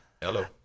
Hello